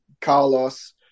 Carlos